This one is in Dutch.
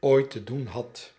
ooit te doen had